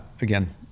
Again